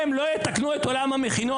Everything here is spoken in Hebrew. הם לא יתקנו את עולם המכינות.